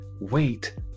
wait